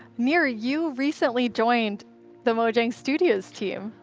nir, you recently joined the mojang studios team.